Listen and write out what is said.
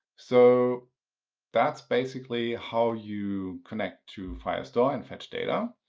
so that's basically how you connect to firestore and fetch data.